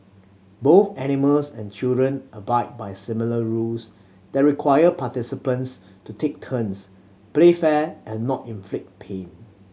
both animals and children abide by similar rules that require participants to take turns play fair and not inflict pain